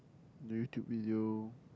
the YouTube video